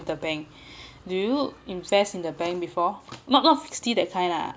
in the bank do you invest in the bank before not not fixed D that kind lah